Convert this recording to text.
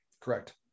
Correct